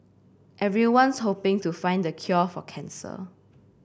everyone's hoping to find the cure for cancer